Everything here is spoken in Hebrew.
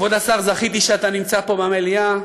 כבוד השר, זכיתי שאתה נמצא פה במליאה.